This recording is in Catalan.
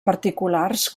particulars